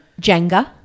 Jenga